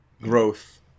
growth